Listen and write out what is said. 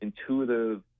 intuitive